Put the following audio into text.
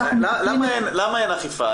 ואז אנחנו מטפלים --- למה אין אכיפה?